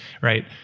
right